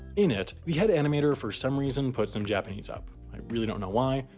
in it, the head animator for some reason put some japanese up. i really don't know why.